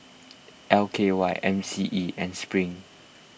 L K Y M C E and Spring